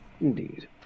Indeed